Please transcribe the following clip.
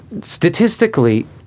statistically